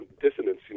dissonance